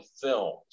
films